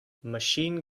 machine